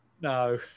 No